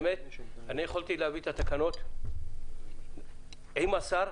יכולתי להביא את התקנות עם השר,